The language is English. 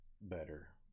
better